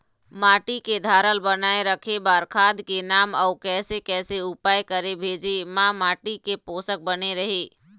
माटी के धारल बनाए रखे बार खाद के नाम अउ कैसे कैसे उपाय करें भेजे मा माटी के पोषक बने रहे?